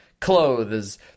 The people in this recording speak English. clothes